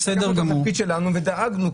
אנחנו בתפקיד שלנו ודאגנו,